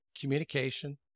Communication